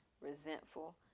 resentful